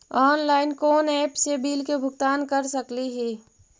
Online कोन app से bill के भुगतान कर सकली ही?